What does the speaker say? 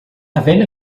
havent